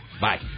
Bye